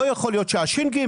לא יכול להיות שהש"ג,